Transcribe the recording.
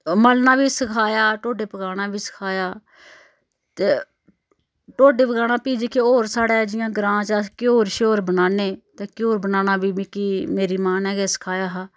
मलना बी सखाया टोडे पकाना बी सखाया ते टोडे पकाना फ्ही जेह्के होर साढ़े जियां ग्रांऽ च अस घ्यूर छ्यूर बनाने ते घ्यूर बनाना बी मिकी मेरी मां ने गै सखाया हा